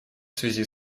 связи